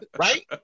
right